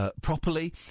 Properly